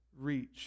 reach